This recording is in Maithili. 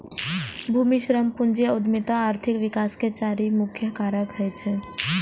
भूमि, श्रम, पूंजी आ उद्यमिता आर्थिक विकास के चारि मुख्य कारक होइ छै